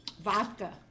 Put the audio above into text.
vodka